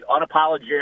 unapologetic